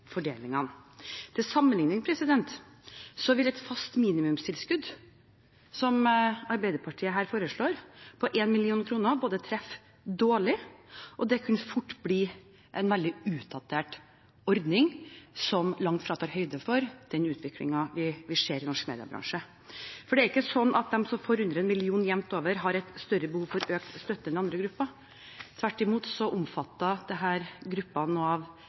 Til sammenligning vil et fast minimumstilskudd, som Arbeiderpartiet her foreslår, på 1 mill. kr treffe dårlig, og det kan fort bli en veldig utdatert ordning som langt fra tar høyde for den utviklingen vi ser i norsk mediebransje. Det er ikke sånn at de som får under 1 mill. kr jevnt over, har et større behov for økt støtte enn andre grupper. Tvert imot omfatter dette gruppene av de mediene i ordningen som har absolutt best økonomi. Det er også noe